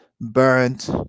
burnt